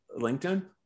LinkedIn